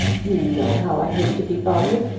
you know how i hate to be bothered.